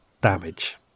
damage